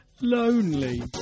Lonely